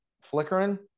flickering